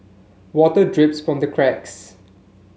water drips from the cracks